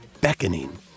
beckoning